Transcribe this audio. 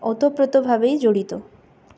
ওতপ্রোতভাবেই জড়িত